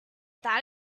that